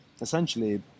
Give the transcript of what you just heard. essentially